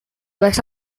vas